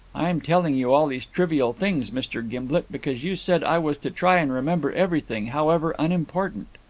i am telling you all these trivial things, mr. gimblet, because you said i was to try and remember everything, however unimportant.